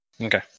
Okay